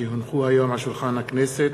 כי הונחו היום על שולחן הכנסת,